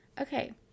Okay